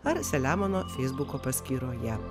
ar saliamono feisbuko paskyroje